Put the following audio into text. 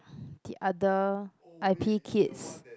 the other I_P kids